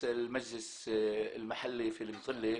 העניין הוא שכל הזמן הוא לא במצב סביר.